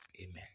Amen